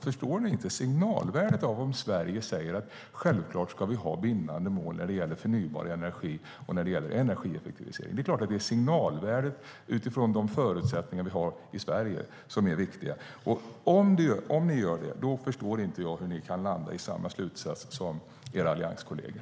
Förstår ni inte signalvärdet av om vi i Sverige säger att vi självklart ska ha bindande mål när det gäller förnybar energi och när det gäller energieffektivisering? Det är klart att det är ett signalvärde utifrån de förutsättningar vi har i Sverige som är viktigt. Om ni förstår det förstår inte jag hur ni kan landa i samma slutsats som era allianskolleger.